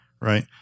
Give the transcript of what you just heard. right